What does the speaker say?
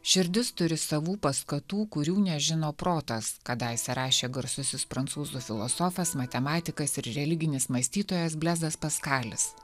širdis turi savų paskatų kurių nežino protas kadaise rašė garsusis prancūzų filosofas matematikas ir religinis mąstytojas blezas paskalis